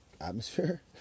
atmosphere